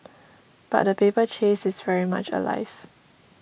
but the paper chase is very much alive